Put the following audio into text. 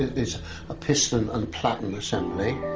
there's a piston and platen assembly.